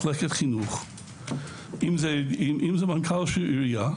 אם מחלקת חינוך או מנכ"ל של עירייה,